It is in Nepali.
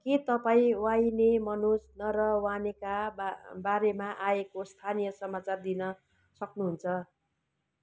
के तपाईँ वाइने मनोज नरवानेका बारेमा आएको स्थानीय समाचार दिन सक्नुहुन्छ